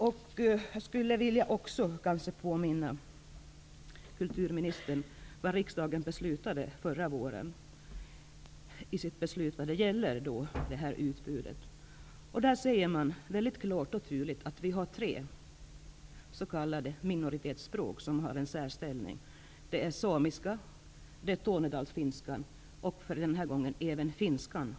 Jag skulle nog också vilja påminna kulturministern om riksdagens beslut förra våren vad gäller det här utbudet. Det sägs där väldigt klart och tydligt att vi har tre s.k. minoritetsspråk som har en särställning: samiska, tornedalsfinska och, i det här sammanhanget, finska.